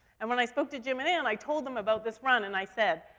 and when i spoke to jim and anne, and i told them about this run, and i said,